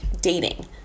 dating